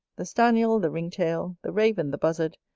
the stanyel, the ringtail, the raven, the buzzard,